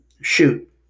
shoot